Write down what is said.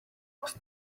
was